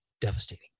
devastating